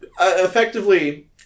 effectively